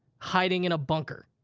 hiding in a bunker.